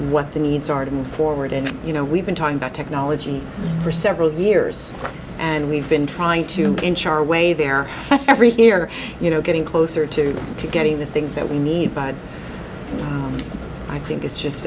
what the needs are to move forward and you know we've been talking about technology for several years and we've been trying to in char way there every year you know getting closer to to getting the things that we need but i think it's just